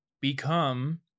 become